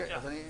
בבקשה,